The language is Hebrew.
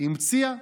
המציאה?